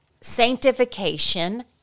sanctification